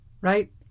right